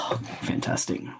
Fantastic